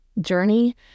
journey